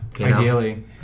Ideally